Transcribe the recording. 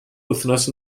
wythnos